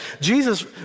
Jesus